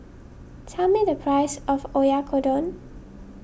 tell me the price of Oyakodon